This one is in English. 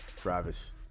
Travis